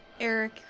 Eric